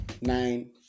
nine